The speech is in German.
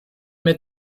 mehr